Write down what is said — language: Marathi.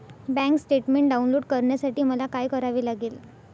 बँक स्टेटमेन्ट डाउनलोड करण्यासाठी मला काय करावे लागेल?